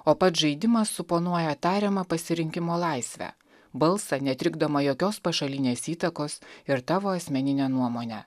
o pats žaidimas suponuoja tariamą pasirinkimo laisvę balsą netrikdomą jokios pašalinės įtakos ir tavo asmeninę nuomonę